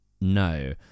no